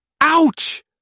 Ouch